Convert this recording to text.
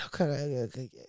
Okay